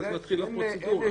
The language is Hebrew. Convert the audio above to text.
ואז מתחילה הפרוצדורה.